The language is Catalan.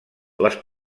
les